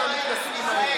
הם מתנשאים עלינו.